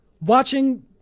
Watching